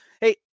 hey